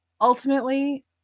Ultimately